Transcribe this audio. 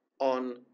on